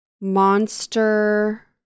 monster